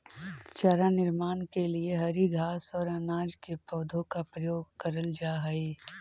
चारा निर्माण के लिए हरी घास और अनाज के पौधों का प्रयोग करल जा हई